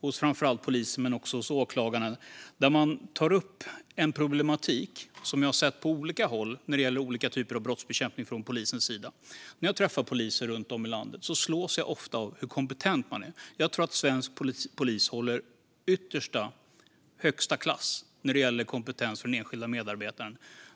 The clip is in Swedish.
hos framför allt polisen men också åklagarna. Man tar upp en problematik som jag har sett på olika håll när det gäller olika typer av brottsbekämpning från polisens sida. När jag träffar poliser runt om i landet slås jag ofta av hur kompetenta de är. Jag tror att svensk polis håller högsta klass när det gäller kompetens för den enskilda medarbetaren.